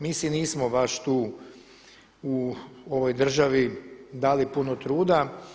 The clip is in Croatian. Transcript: Mi si nismo baš tu u ovoj državi dali puno truda.